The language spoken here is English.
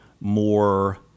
more